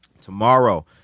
Tomorrow